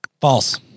False